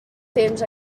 temps